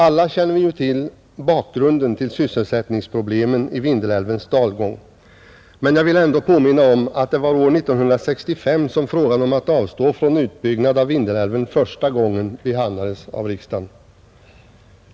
Alla känner vi till bakgrunden till sysselsättningsproblemen i Vindelälvens dalgång, men jag vill ändå påminna om att det var år 1965 som frågan om att avstå från utbyggnad av Vindelälven första gången behandlades av riksdagen.